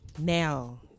Now